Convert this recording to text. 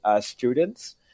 students